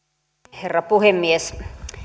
herra puhemies